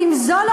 ואם זו לא